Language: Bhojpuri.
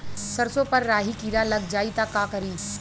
सरसो पर राही किरा लाग जाई त का करी?